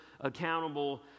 accountable